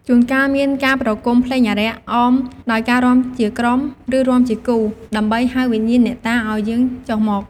ជួនកាលមានការប្រគំភ្លេងអារក្ស អមដោយការរាំជាក្រុម ឬរាំជាគូ ដើម្បីហៅវិញ្ញាណអ្នកតាឱ្យយាងចុះមក។